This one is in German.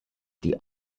die